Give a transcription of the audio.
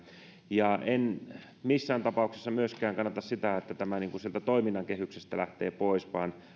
en missään tapauksessa myöskään kannata sitä että tämä sieltä toiminnan kehyksestä lähtee pois vaan